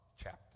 Chapter